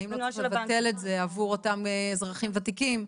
האם לא צריך לבטל את זה עבור אותם אזרחים ותיקים,